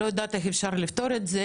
אני לא יודעת איך אפשר לפתור את זה,